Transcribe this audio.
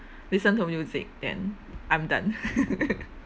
listen to music then I'm done